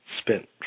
spent